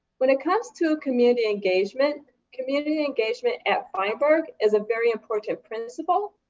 when it comes to community engagement, community engagement at feinberg is a very important principle.